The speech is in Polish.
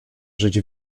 żyć